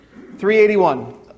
381